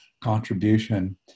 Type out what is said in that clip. contribution